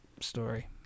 story